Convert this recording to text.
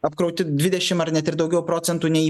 apkrauti dvidešimt ar net ir daugiau procentų nei